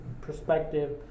perspective